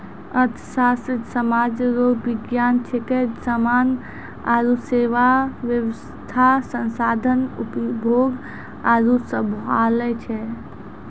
अर्थशास्त्र सामाज रो विज्ञान छिकै समान आरु सेवा वेवस्था संसाधन उपभोग आरु सम्हालै छै